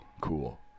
cool